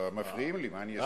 אבל מפריעים לי, מה אני אעשה?